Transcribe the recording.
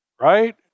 right